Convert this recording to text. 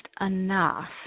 enough